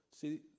See